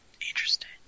Interesting